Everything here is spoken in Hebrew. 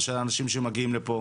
ושל האנשים שמגיעים לפה.